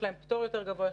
יש להן פטור יותר גבוה,